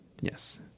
Yes